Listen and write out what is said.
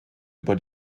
über